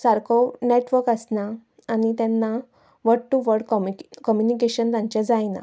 सारको नेटवर्क आसना आनी तेन्ना वर्ड टू वर्ड कम्युटी कंम्युनिकेशन तांचें जायना